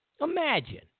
imagine